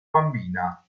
bambina